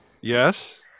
Yes